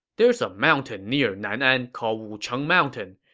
there is a mountain near nan'an called wucheng mountain.